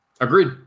Agreed